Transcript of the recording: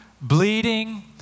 bleeding